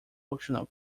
functional